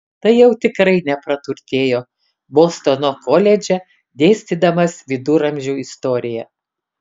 tai jau tikrai nepraturtėjo bostono koledže dėstydamas viduramžių istoriją